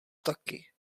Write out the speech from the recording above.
taky